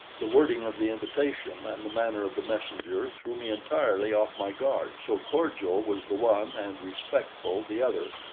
the wording of the invitation and the manner of the messenger threw me entirely off my guard, so cordial was the one and respectful the other,